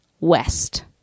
West